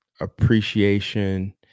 appreciation